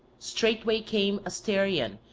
straightway came asterion,